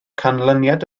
canlyniad